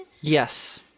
Yes